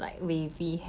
okay